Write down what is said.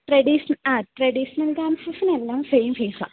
ആ ട്രഡീഷണൽ ഡാൻസസിനെല്ലാം സെയിം ഫീസാണ്